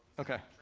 okay.